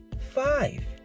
five